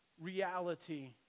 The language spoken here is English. reality